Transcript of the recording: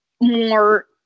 more